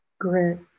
Grit